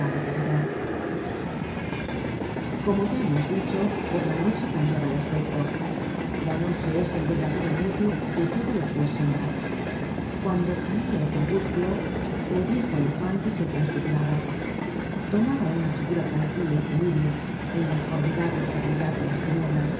generated at como ya hemos dicho por la noche cambiaba de aspecto la noche es el verdadero medio de todo lo que es sombra cuando caia el crepúsculo el viejo elefante se transfiguraba tomaba una figura tranquila y temible en la formidable serenidad de las tinieblas